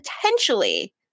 potentially